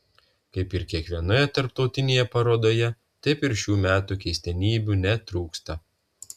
kaip ir kiekvienoje tarptautinėje parodoje taip ir šių metų keistenybių netrūksta